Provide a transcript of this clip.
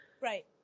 Right